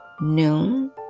noon